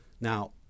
Now